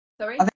Sorry